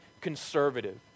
conservative